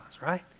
right